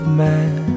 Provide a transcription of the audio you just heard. man